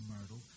Myrtle